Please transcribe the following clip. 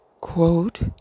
Quote